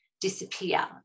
disappear